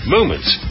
Moments